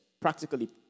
practically